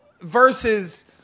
versus